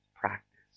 practice